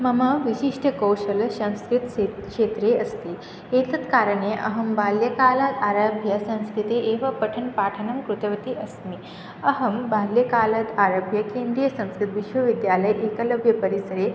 मम विशिष्टकौशलं संस्कृतक्षेत्र् क्षेत्रे अस्ति एतत् कारणे अहं बाल्यकालात् आरभ्य संस्कृते एव पठनपाठनं कृतवती अस्मि अहं बाल्यकालात् आरभ्य केन्द्रियसंस्कृतविश्वविद्यालये एकलव्यपरिसरे